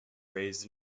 raised